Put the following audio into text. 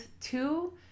two